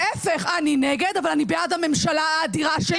להיפך, אני נגד אבל אני בעד הממשלה האדירה שלי.